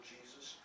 Jesus